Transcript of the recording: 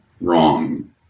wrong